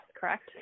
correct